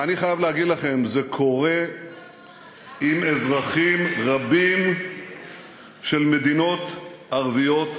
ואני חייב להגיד לכם: זה קורה עם אזרחים רבים של מדינות ערביות רבות.